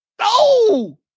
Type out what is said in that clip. No